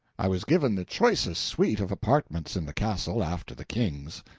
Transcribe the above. i was given the choicest suite of apartments in the castle, after the king's.